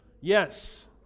Yes